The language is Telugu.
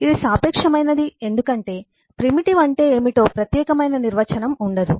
ఇది సాపేక్షమైనది ఎందుకంటే ప్రిమిటివ్ అంటే ఏమిటో ప్రత్యేకమైన నిర్వచనం ఉండదు